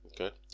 Okay